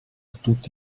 tutti